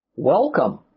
Welcome